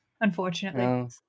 unfortunately